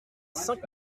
cinq